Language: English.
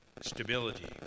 stability